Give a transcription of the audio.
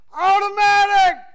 automatic